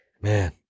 man